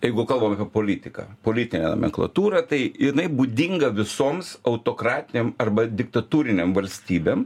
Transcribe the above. jeigu kalbam apie politiką politinę nomenklatūrą tai jinai būdinga visoms autokratinėm arba diktatūrinėm valstybėm